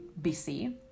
BC